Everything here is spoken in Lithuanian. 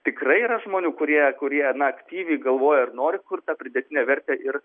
tikrai yra žmonių kurie kurie na aktyviai galvoja ir nori kurt tą pridėtinę vertę ir